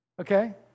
okay